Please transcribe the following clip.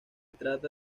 trata